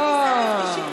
זה לפי סעיף